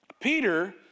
Peter